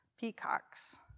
Peacocks